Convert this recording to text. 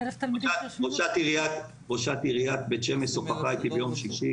ראש עיריית בית שמש שוחחה אתי ביום שישי